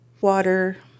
Water